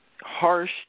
Harsh